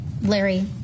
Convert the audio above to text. Larry